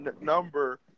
number